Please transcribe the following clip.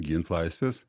gint laisvės